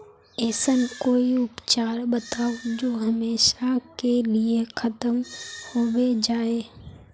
ऐसन कोई उपचार बताऊं जो हमेशा के लिए खत्म होबे जाए?